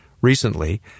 Recently